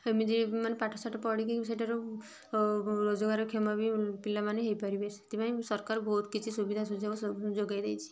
ଏମିତି ମାନେ ପାଠସାଠ ପଢ଼ିକି ସେଠାରୁ ରୋଜଗାରକ୍ଷମ ବି ପିଲାମାନେ ହୋଇପାରିବେ ସେଥିପାଇଁ ସରକାର ବହୁତ କିଛି ସୁବିଧା ସୁଯୋଗ ସବୁ ଯୋଗାଇ ଦେଇଛି